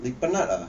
like penat ah